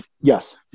Yes